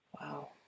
Wow